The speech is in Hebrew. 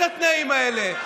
לנו אין את התנאים האלה.